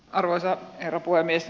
arvoisa herra puhemies